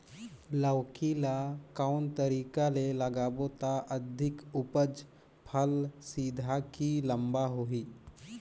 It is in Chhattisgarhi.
लौकी ल कौन तरीका ले लगाबो त अधिक उपज फल सीधा की लम्बा होही?